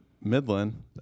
Midland